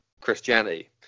Christianity